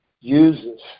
uses